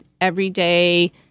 everyday